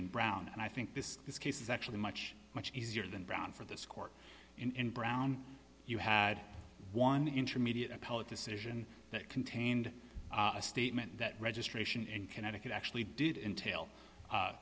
and brown and i think this case is actually much much easier than brown for this court in brown you had one intermediate appellate decision that contained a statement that registration in connecticut actually did entail